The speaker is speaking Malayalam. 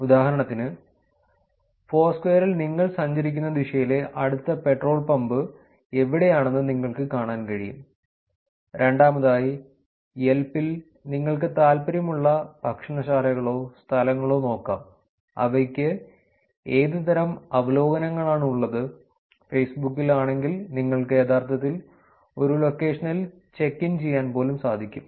ഉദാഹരണത്തിന് ഫോർസ്ക്വയറിൽ നിങ്ങൾ സഞ്ചരിക്കുന്ന ദിശയിലെ അടുത്ത പെട്രോൾ പമ്പ് എവിടെയാണെന്ന് നിങ്ങൾക്ക് കാണാൻ കഴിയും രണ്ടാമതായി യെൽപ് ൽ നിങ്ങൾക്ക് താൽപ്പര്യമുള്ള ഭക്ഷണശാലകളോ സ്ഥലങ്ങളോ നോക്കാം അവയ്ക്ക് ഏതുതരം അവലോകനങ്ങളാണുള്ളത് ഫേസ്ബുക്ക് ൽ ആണെങ്കിൽ നിങ്ങൾക്ക് യഥാർത്ഥത്തിൽ ഒരു ലൊക്കേഷനിൽ ചെക്ക് ഇൻ ചെയ്യാൻ പോലും സാധിക്കും